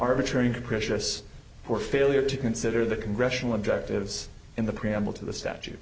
arbitrary capricious or failure to consider the congressional objectives in the preamble to the statu